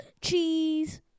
Cheese